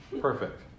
Perfect